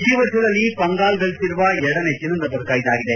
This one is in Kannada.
ಈ ವರ್ಷದಲ್ಲಿ ಪಂಗಾಲ್ ಗಳಿಸಿರುವ ಎರಡನೇ ಚಿನ್ನದ ಪದಕ ಇದಾಗಿದೆ